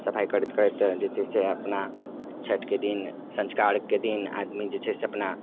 सफाइ करैत करैत जे छै से अपना छठिके दिन सँझुका अर्घके दिन आदमी जे छै से अपना